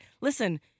listen